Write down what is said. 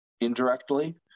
indirectly